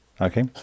Okay